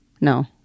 no